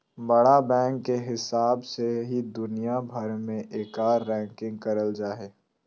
बड़ा बैंक के हिसाब से ही दुनिया भर मे एकर रैंकिंग करल जा हय